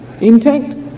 intact